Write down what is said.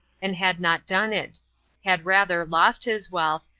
and had not done it had rather lost his wealth,